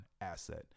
asset